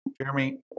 Jeremy